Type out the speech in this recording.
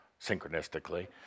synchronistically